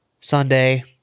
Sunday